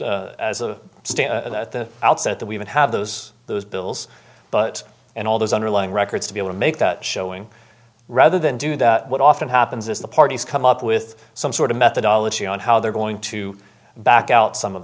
g as a state at the outset that we would have those those bills but and all those underlying records to be able to make that showing rather than do that what often happens is the parties come up with some sort of methodology on how they're going to back out some of